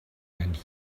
and